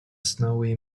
snowy